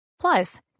Plus